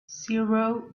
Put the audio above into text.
zero